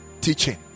Teaching